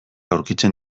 aurkitzen